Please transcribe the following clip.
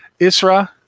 Isra